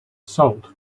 salt